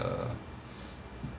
err